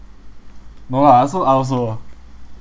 no lah I also I also